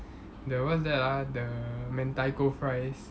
the what's that ah the mentaiko fries